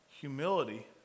humility